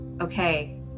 okay